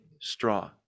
straw